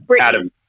Adam